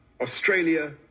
Australia